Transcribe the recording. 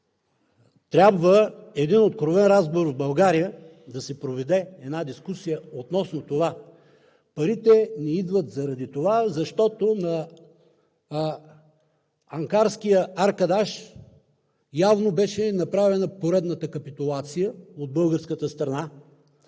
трябва един откровен разговор в България, да се проведе дискусия относно това. Парите не идват заради това, защото на анкарския аркадаш явно беше направена поредната капитулация от българската страна,